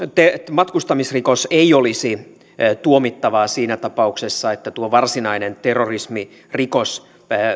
matkustamisrikos ei olisi tuomittava siinä tapauksessa että tuo varsinainen terrorismirikos